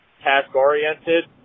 task-oriented